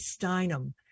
Steinem